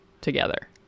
together